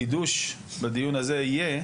החידוש בדיון הזה יהיה,